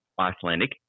Icelandic